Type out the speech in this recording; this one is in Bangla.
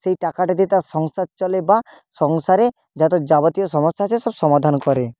সেই টাকাটা দিয়ে তার সংসার চলে বা সংসারে যতো যাবতীয় সমস্যা আছে সব সমাধান করে